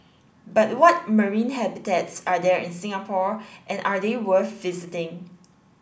but what marine habitats are there in Singapore and are they worth visiting